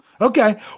Okay